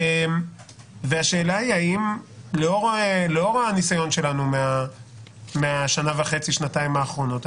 השאלה היא האם לאור הניסיון שלנו מהשנה וחצי האחרונות,